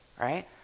right